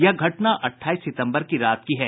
यह घटना अठाईस सितम्बर की रात की है